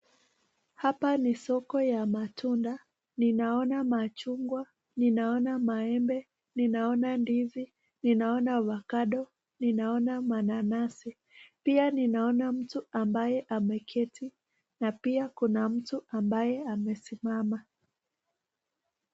Hapa ni soko la matunda. Ninaona machungwa, ninaona maembe ,ninaona ndizi, ninaona avocado, nikaona mananasi .Pia ninaona mty amvaye ameketi na ninaona mtu ambaye amesimama.